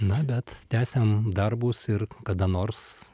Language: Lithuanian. na bet tęsiam darbus ir kada nors